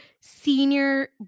senior